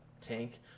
tank